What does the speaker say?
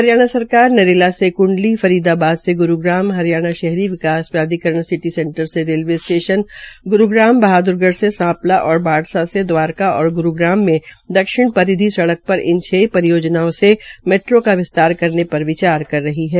हरियाणा सरकार नरेला से कंडली फरीदाबाद से गुरूग्राम हरियाणा शहरी विकास प्राधिकरण सिटी सेंटर से रेलवे स्टेशन ग्रूग्राम बहाद्रगढ़ से सांपला और बाढ़सा से दवारका और गुरूगाम से दक्षिण परिधि सडकपर इन छ परियोजनाओं सें मेट्रो का विस्तार करने पर विचार कर रही है